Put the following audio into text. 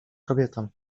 kobietom